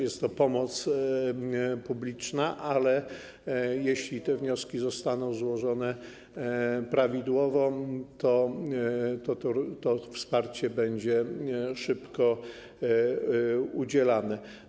Jest to pomoc publiczna, ale jeśli te wnioski zostaną złożone prawidłowo, to wsparcie będzie szybko udzielone.